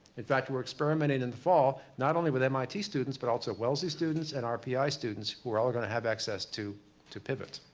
in fact, we're experimenting in the fall not only with mit students, but also wellesley students, and nrpi students, who are all going to have access to to pivot.